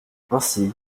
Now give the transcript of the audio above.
ainsi